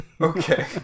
Okay